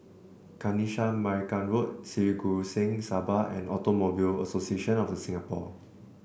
Kanisha Marican Road Sri Guru Singh Sabha and Automobile Association of The Singapore